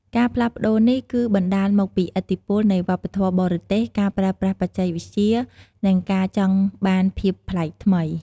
ការផ្លាស់ប្ដូរនេះគឺបណ្ដាលមកពីឥទ្ធិពលនៃ វប្បធម៌បរទេស ការប្រើប្រាស់បច្ចេកវិទ្យា និងការចង់បានភាពប្លែកថ្មី។